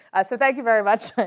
so thank you very much.